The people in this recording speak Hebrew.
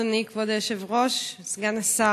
אדוני כבוד היושב-ראש, סגן השר,